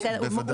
בוודאי.